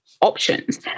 options